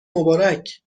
مبارک